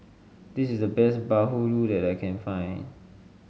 this is the best Bahulu that I can find